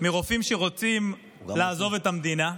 מרופאים שרוצים לעזוב את המדינה,